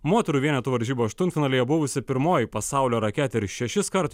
moterų vienetų varžybų aštuntfinalyje buvusi pirmoji pasaulio raketė ir šešiskart